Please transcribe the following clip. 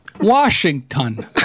Washington